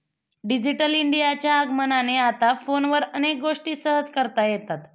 digital इंडियाच्या आगमनाने आता फोनवर अनेक गोष्टी सहज करता येतात